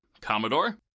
Commodore